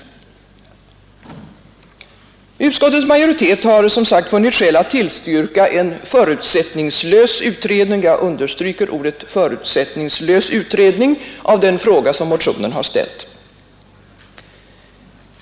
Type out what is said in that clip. Utskottets majoritet har som sagt funnit skäl att tillstyrka en förutsättningslös utredning av den fråga som motionen ställt.